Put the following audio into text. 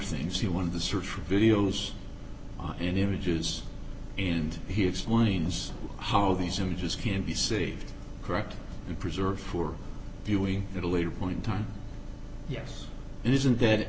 things he wanted to search for videos and images and he explains how these images can be city correct and preserved for viewing at a later point in time yes it isn't that